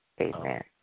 amen